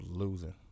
Losing